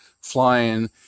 flying